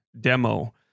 demo